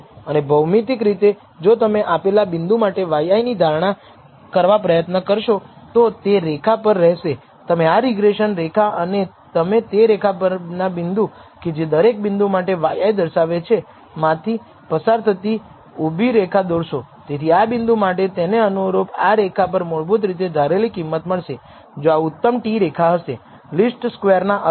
તે પૂરતું નથી જેને હું તારણ આપવા માટે પૂરતું કહું છું પરંતુ તે સારું સૂચક છે કે આપણે β1 ના મહત્વ માટે પણ પરીક્ષણ કરી શકીએ છીએ જો આપણે તારણ કાઢ્યું કે β1 નોંધપાત્ર નથી તો પછી કદાચ રેખીય મોડેલ એટલું સારું નથી આપણે કંઈક શોધી કાઢવું જોઈએ અથવા આપણે F પરીક્ષણ કરી શકીએ છીએ કે સ્લોપ પરિમાણ શામેલ કરવું તે મહત્વપૂર્ણ છે કે નહીં